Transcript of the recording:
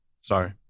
Sorry